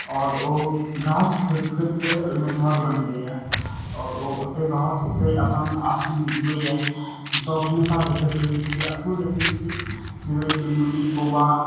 आओर ओ गाछ खोदि खोदिके ओहिमे घर बनबैया आओर ओतय रहत ओतय अपन आसन बिछबैया सब हमेशा देखैत रहै छी अखनो देखै छियै चिड़ै चुनमुनी कौआ